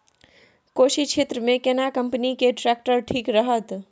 कोशी क्षेत्र मे केना कंपनी के ट्रैक्टर ठीक रहत?